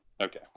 Okay